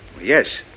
Yes